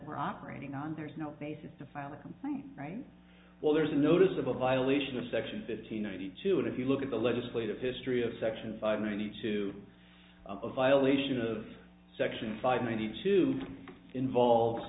we're operating on there's no basis to file a complaint well there's a noticeable violation of section fifty ninety two and if you look at the legislative history of section five ninety two of violation of section five ninety two involves